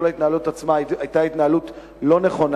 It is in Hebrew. כל ההתנהלות עצמה היתה התנהלות לא נכונה.